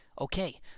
Okay